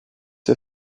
ses